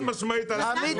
עמית